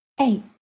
Eight